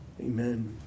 Amen